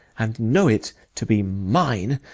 and know it to be mine,